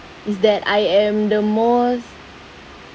is that I am the most